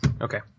Okay